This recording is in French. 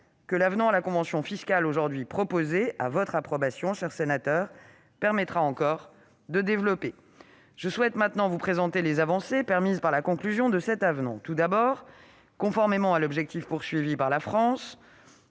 que l'avenant à la convention fiscale aujourd'hui proposé à votre approbation, mesdames, messieurs les sénateurs, permettra encore de développer. Je souhaite maintenant vous présenter les avancées permises par la conclusion de cet avenant. Tout d'abord, conformément à l'objectif visé par la France,